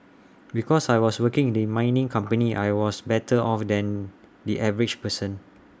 because I was working in the mining company I was better off than the average person